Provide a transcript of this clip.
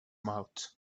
mouth